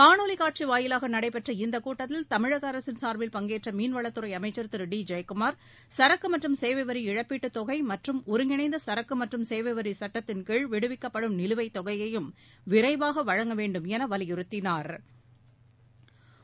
காணொலி காட்சி வாயிலாக நடைபெற்ற இந்த கூட்டத்தில் தமிழக அரசின் சார்பில் பங்கேற்ற மீன்வளத்துறை அமைச்சர் திரு டி ஜெயக்குமார் சரக்கு மற்றும் சேவை வரி இழப்பீட்டுத் தொகை மற்றும் ஒருங்கிணைந்த சரக்கு மற்றும் சேவை வரி சட்டத்தின் கீழ் விடுவிக்கப்படும் நிலுவைத்தொகையையும் விரைவாக வழங்க வேண்டுமென வலியுறுத்தினாா்